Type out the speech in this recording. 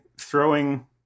throwing